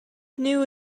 new